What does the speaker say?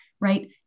right